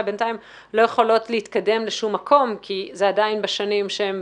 בינתיים לא יכולות להתקדם לשום מקום כי זה עדיין בשנים שהן